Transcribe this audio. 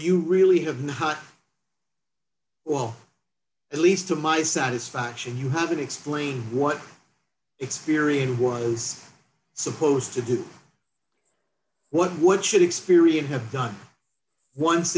you really have well at least to my satisfaction you have to explain what experience was supposed to do what what should experience on